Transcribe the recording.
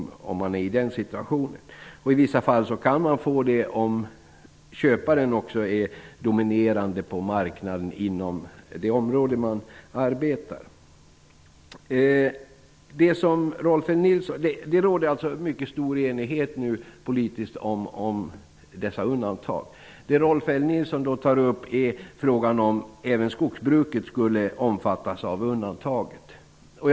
I vissa fall kan föreningen få det tillståndet, om köparen också är dominerande på marknaden inom det område det gäller. Det råder mycket stor politisk enighet om dessa undantag. Det Rolf L Nilson tar upp är frågan om även skogsbruket skall omfattas av undantagen.